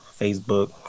facebook